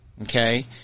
Okay